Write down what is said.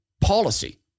policy